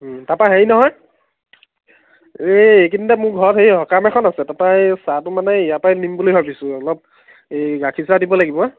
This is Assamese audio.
তাৰপৰা হেৰি নহয় এই এই কেইদিনত মোৰ ঘৰত সেই সকাম এখন আছে তাৰপৰা সেই চাহটো মানে ইয়াৰপৰাই নিম বুলি ভাবিছোঁ অলপ এই গাখীৰ চাহ দিব লাগিব